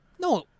No